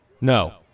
No